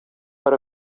per